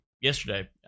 yesterday